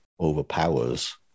overpowers